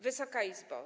Wysoka Izbo!